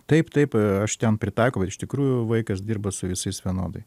taip taip aš ten pritaikau bet iš tikrųjų vaikas dirba su visais vienodai